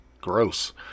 gross